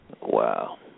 Wow